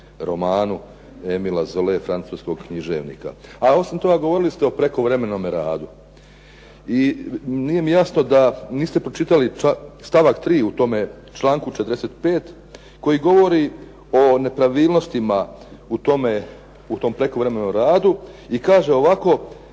romanu Emila Zone francuskog književnika. A osim toga, govorili ste o prekovremenome radu. I nije mi jasno da niste pročitali stavak 3. u tome članku 45. koji govori o nepravilnostima u tom prekovremenom radu, i kaže ovako